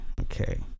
okay